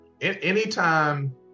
anytime